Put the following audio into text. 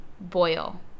Boil